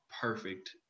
perfect